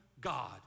God